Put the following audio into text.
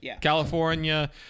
California